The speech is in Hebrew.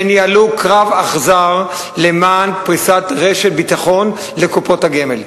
וניהלו קרב אכזר למען פריסת רשת ביטחון לקופות הגמל,